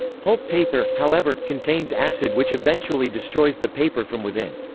pulp paper, however, contains acid which eventually destroys the paper from within.